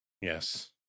Yes